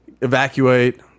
evacuate